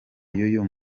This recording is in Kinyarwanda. y’uyu